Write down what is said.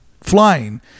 flying